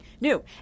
new